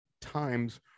times